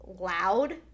loud